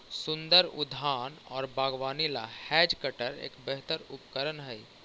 सुन्दर उद्यान और बागवानी ला हैज कटर एक बेहतर उपकरण हाई